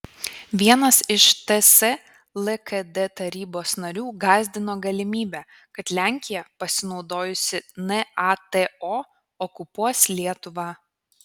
vienas iš ts lkd tarybos narių gąsdino galimybe kad lenkija pasinaudojusi nato okupuos lietuvą